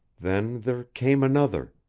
then there came another,